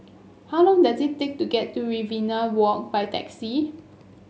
how long does it take to get to Riverina Walk by taxi